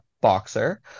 boxer